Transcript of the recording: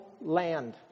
land